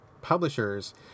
publishers